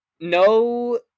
No